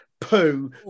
poo